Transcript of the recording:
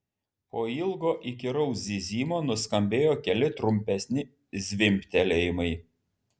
po ilgo įkyraus zyzimo nuskambėjo keli trumpesni zvimbtelėjimai